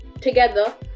Together